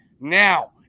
Now